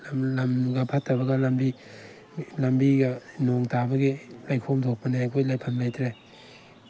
ꯂꯝꯒ ꯐꯠꯇꯕꯒ ꯂꯝꯕꯤ ꯂꯝꯕꯤꯒ ꯅꯣꯡ ꯇꯥꯕꯒꯤ ꯂꯩꯈꯣꯝ ꯊꯣꯛꯄꯅꯦ ꯑꯩꯈꯣꯏ ꯂꯩꯐꯝ ꯂꯩꯇ꯭ꯔꯦ